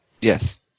Yes